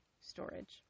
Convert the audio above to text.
storage